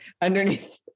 underneath